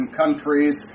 countries